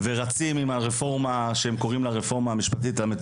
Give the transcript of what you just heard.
ורצים עם הרפורמה המטורללת שהם קוראים לה רפורמה משפטית.